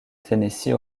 tennessee